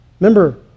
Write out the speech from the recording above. Remember